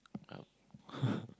yup